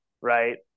right